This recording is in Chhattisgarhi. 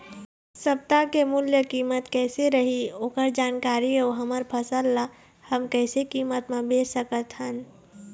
सप्ता के मूल्य कीमत कैसे रही ओकर जानकारी अऊ हमर फसल ला हम कैसे कीमत मा बेच सकत हन?